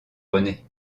renée